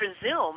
presume